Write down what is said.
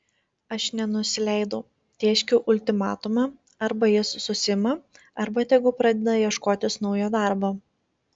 aš nenusileidau tėškiau ultimatumą arba jis susiima arba tegu pradeda ieškotis naujo darbo